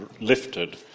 lifted